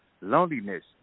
Loneliness